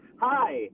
Hi